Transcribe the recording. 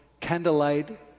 candlelight